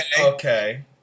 Okay